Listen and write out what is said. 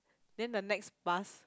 then the next bus